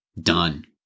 done